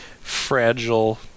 fragile